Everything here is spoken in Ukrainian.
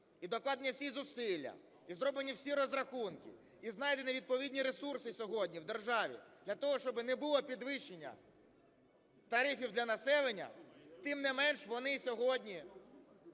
і докладені всі зусилля, і зроблені всі розрахунки, і знайдені відповідні ресурси сьогодні в державі для того, щоб не було підвищення тарифів для населення. Тим не менше, вони сьогодні,